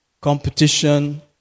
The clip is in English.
competition